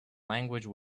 language